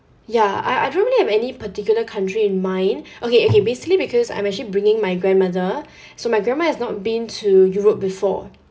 ya I I don't really have any particular country in mind okay okay basically because I'm actually bringing my grandmother so my grandma has not been to europe before